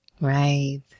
Right